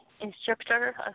instructor